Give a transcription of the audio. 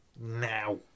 Now